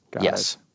yes